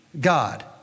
God